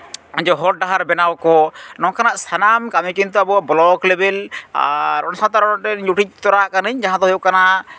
ᱱᱚᱜᱼᱚᱭ ᱡᱮ ᱦᱚᱨ ᱰᱟᱦᱟᱨ ᱵᱮᱱᱟᱣ ᱠᱚ ᱱᱚᱝᱠᱟᱱᱟᱜ ᱥᱟᱱᱟᱢ ᱠᱟᱹᱢᱤ ᱠᱤᱱᱛᱩ ᱟᱵᱚ ᱵᱞᱚᱠ ᱞᱮᱵᱮᱞ ᱟᱨ ᱚᱱᱟ ᱥᱟᱶᱛᱮ ᱡᱩᱴᱤᱡ ᱛᱚᱨᱟᱣᱟᱜ ᱠᱟᱹᱱᱟᱹᱧ ᱡᱟᱦᱟᱸ ᱫᱚ ᱦᱩᱭᱩᱜ ᱠᱟᱱᱟ